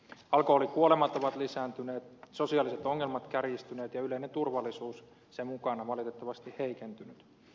alkoholikuolemat ovat lisääntyneet sosiaaliset ongelmat kärjistyneet ja yleinen turvallisuus sen mukana valitettavasti heikentynyt